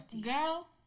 Girl